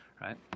right